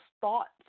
thoughts